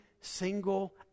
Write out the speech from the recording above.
single